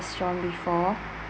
restaurant before